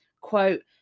quote